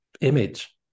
image